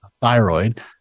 thyroid